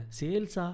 sales